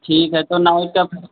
ठीक है तो नाइट का फिर